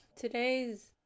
Today's